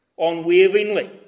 Unwaveringly